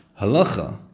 halacha